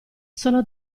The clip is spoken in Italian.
sono